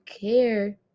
care